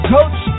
Coach